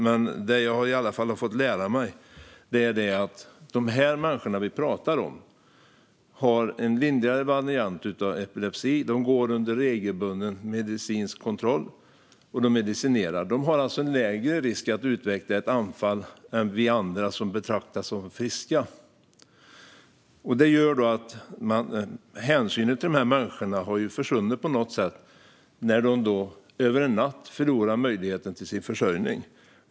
Men det jag har fått lära mig är att de människor som vi pratar om har en lindrigare variant av epilepsi. De går regelbundet på medicinska kontroller, och de medicinerar. De har alltså en lägre risk att utveckla ett anfall än vad vi andra som betraktas som friska har. Hänsynen till dessa människor har på något sätt försvunnit när de över en natt förlorar möjligheten till sin försörjning.